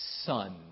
Son